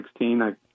2016